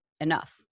enough